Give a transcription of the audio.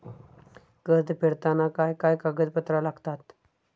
कर्ज फेडताना काय काय कागदपत्रा लागतात?